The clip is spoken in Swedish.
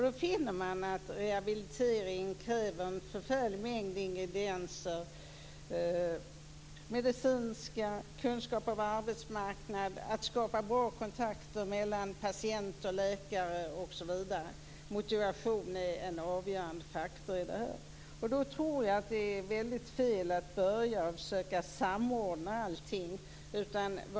Då finner man att rehabilitering kräver en förfärlig mängd ingredienser, medicinska kunskaper, kunskaper om arbetsmarknaden, att skapa bra kontakter mellan patient och läkare osv. Motivation är en avgörande faktor. Det är fel att försöka börja med att samordna allt.